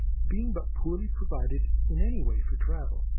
being but poorly provided in any way for travel.